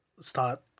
start